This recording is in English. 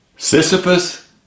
Sisyphus